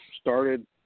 started